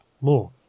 more